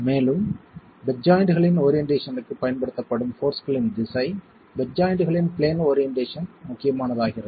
மேலும் பெட் ஜாய்ண்ட்களின் ஓரியென்ட்டேஷன்க்கு பயன்படுத்தப்படும் போர்ஸ்களின் திசை பெட் ஜாய்ண்ட்களின் பிளேன் ஓரியென்ட்டேஷன் முக்கியமானதாகிறது